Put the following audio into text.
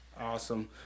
Awesome